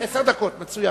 עשר דקות, מצוין.